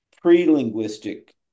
pre-linguistic